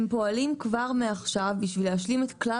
הם פועלים כבר מעכשיו בשביל להשלים את כלל